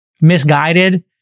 misguided